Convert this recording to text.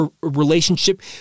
relationship